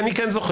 כי אני כן זוכר.